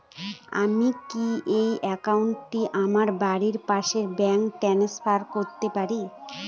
আমি কি এই একাউন্ট টি আমার বাড়ির পাশের ব্রাঞ্চে ট্রান্সফার করতে পারি?